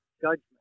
judgment